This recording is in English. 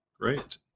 Great